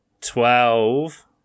Twelve